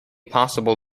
possible